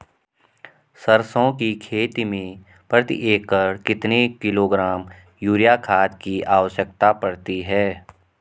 सरसों की खेती में प्रति एकड़ कितने किलोग्राम यूरिया खाद की आवश्यकता पड़ती है?